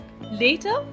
Later